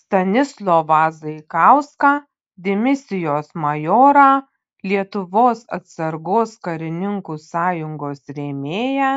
stanislovą zaikauską dimisijos majorą lietuvos atsargos karininkų sąjungos rėmėją